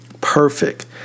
Perfect